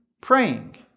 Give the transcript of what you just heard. praying